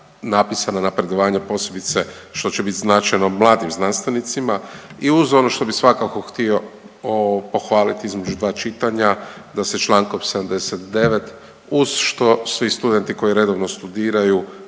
napisana napredovanja, posebice što će biti značajno mladim znanstvenicima i uz ono što bih svakako htio pohvaliti između dva čitanja, da se čl. 79 uz što se i studenti koji redovno studiraju